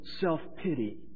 self-pity